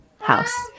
house